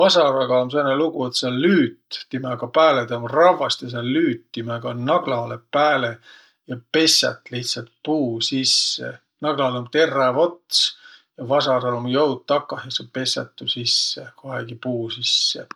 Vasaraga um sääne lugu, et sa lüüt timäga pääle. Tä um ravvast ja sa lüüt timäga naglalõ pääle ja pessät lihtsält puu sisse. Naglal um terräv ots ja vasaral um joud takah ja sa pessät tuu sisse kohegi puu sisse.